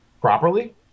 properly